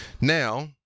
Now